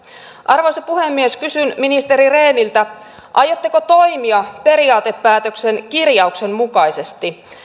arvoisa puhemies kysyn ministeri rehniltä aiotteko toimia periaatepäätöksen kirjauksen mukaisesti